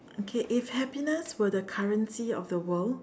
okay if happiness were the currency of the world